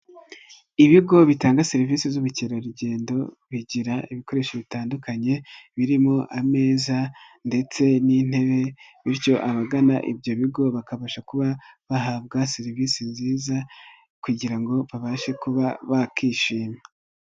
Ibigo bitanga serivisi z'ubukerarugendo bigira ibikoresho bitandukanye, birimo ameza, ndetse n'intebe, bityo abagana ibyo bigo, bakabasha kuba bahabwa serivisi nziza kugira ngo babashe kuba bakishima.